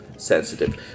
sensitive